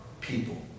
people